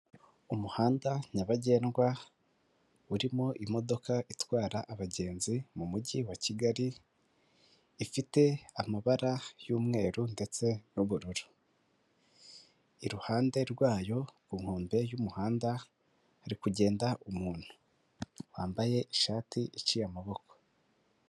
Umuhanda nyabagendwa urimo imodoka itwara abagenzi mumujyi wa Kigali ifite amabara y'umweru ndetse n'ubururu, iruhande rwayo ku nkombe y'umuhanda hari kugenda umuntu wambaye ishati iciye amaboko.